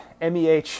meh